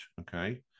okay